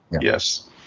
Yes